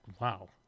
wow